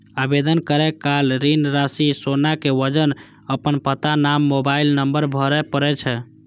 आवेदन करै काल ऋण राशि, सोनाक वजन, अपन पता, नाम, मोबाइल नंबर भरय पड़ै छै